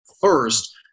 first